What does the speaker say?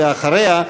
ואחריה,